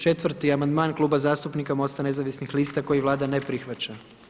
Četvrti amandman Kluba zastupnika Mosta nezavisnih lista koji Vlada ne prihvaća.